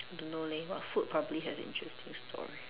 don't know leh what food probably has an interesting story